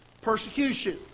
persecution